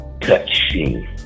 touching